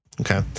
Okay